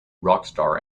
rockstar